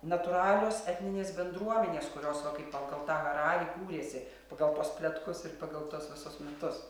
natūralios etninės bendruomenės kurios va kaip pagal tą hararį kūrėsi pagal tuos pletkus ir pagal tuos visus mitus